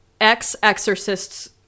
ex-exorcist's